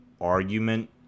argument